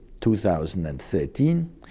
2013